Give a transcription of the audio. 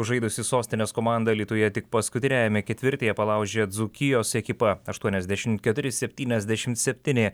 žaidusi sostinės komanda alytuje tik paskutiniajame ketvirtyje palaužė dzūkijos ekipą aštuoniasdešimt keturi septyniasdešimt septyni